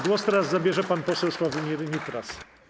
Głos teraz zabierze pan poseł Sławomir Nitras.